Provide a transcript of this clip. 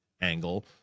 angle